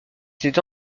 était